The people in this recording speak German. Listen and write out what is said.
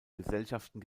gesellschaften